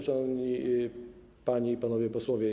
Szanowni Panie i Panowie Posłowie!